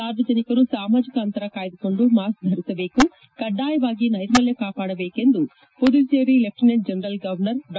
ಸಾರ್ವಜನಿಕರು ಸಾಮಾಜಿಕ ಅಂತರ ಕಾಯ್ದುಕೊಂಡು ಮಾಸ್ಕ್ ಧರಿಸಬೇಕು ಕಡ್ಡಾಯವಾಗಿ ನೈರ್ಮಲ್ಯ ಕಾಪಾಡಬೇಕು ಎಂದು ಪುದುಚೇರಿ ಲೆಫ್ಟಿನೆಂಟ್ ಜನರಲ್ ಗವರ್ನರ್ ಡಾ